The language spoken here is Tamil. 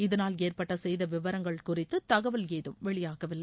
இதனால் ஏற்பட்ட சேத விவரங்கள் குறித்து தகவல் ஏதும் வெளியாகவில்லை